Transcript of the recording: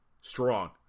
strong